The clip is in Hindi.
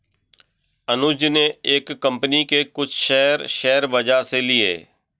अनुज ने एक कंपनी के कुछ शेयर, शेयर बाजार से लिए